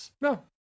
No